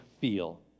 feel